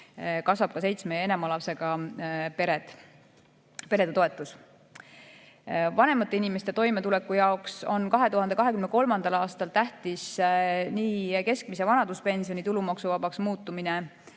ka seitsme ja enama lapsega perede toetus. Vanemate inimeste toimetuleku jaoks on 2023. aastal tähtis nii keskmise vanaduspensioni tulumaksuvabaks muutumine